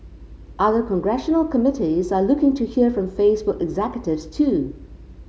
other congressional committees are looking to hear from Facebook executives too